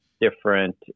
different